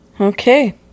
Okay